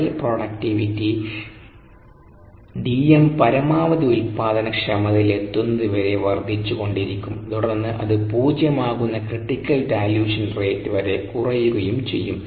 cell productivity Dm പരമാവധി ഉൽപാദനക്ഷമതയിലെത്തുന്നതുവരെ വർദ്ധിച്ചുകൊണ്ടിരിക്കും തുടർന്ന് അത് പൂജ്യമാകുന്ന ക്രിട്ടികൽ ഡൈല്യൂഷൻ റേറ്റ് വരെ കുറയുകയും ചെയ്യും